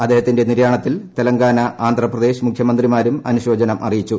അദ്ദേഹത്തിന്റെ നിര്യാണത്തിൽ തെലങ്കാന ആന്ധ്രപ്രദേശ് മുഖ്യമന്ത്രിമാരും അനുശോചനം അറിയിച്ചു